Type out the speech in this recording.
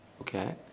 Okay